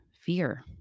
fear